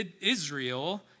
Israel